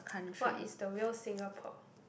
what is the real Singapore